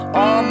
on